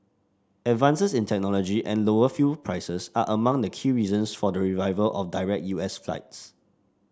advances in technology and lower fuel prices are among the key reasons for the revival of direct U S flights